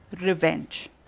revenge